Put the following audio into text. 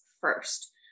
first